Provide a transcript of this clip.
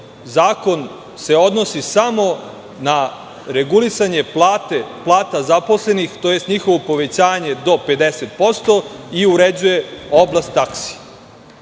zakon se odnosi samo na regulisanje plata zaposlenih, tj. njihovo povećanje do 50% i uređuje oblast taksi.